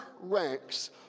ranks